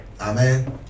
Amen